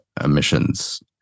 emissions